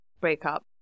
breakup